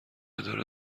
داره